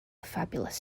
fabulous